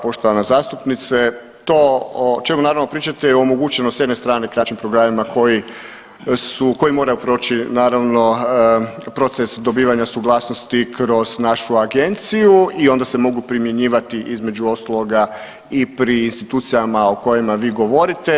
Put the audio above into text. Poštovana zastupnice, to o čemu naravno pričate je omogućeno s jedne strane kraćim problemima koji su, koji moraju proći naravno proces dobivanja suglasnosti kroz našu agenciju i onda se mogu primjenjivati između ostaloga i pri institucijama o kojima vi govorite.